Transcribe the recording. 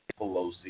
Pelosi